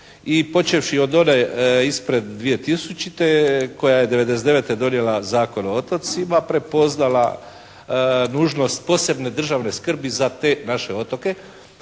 i počevši od one ispred 2000. koja je 99. donijela Zakon o otocima prepoznala nužnost posebne državne skrbi za te naše otoke.